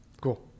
cool